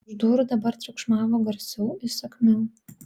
už durų dabar triukšmavo garsiau įsakmiau